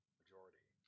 majority